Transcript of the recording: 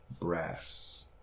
brass